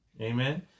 Amen